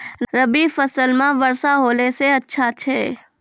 रवी फसल म वर्षा होला से अच्छा छै?